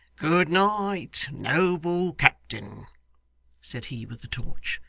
good night, noble captain said he with the torch.